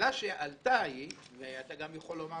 השאלה שעלתה היא ואתה גם יכול לומר